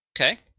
Okay